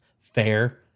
fair